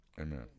Amen